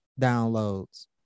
downloads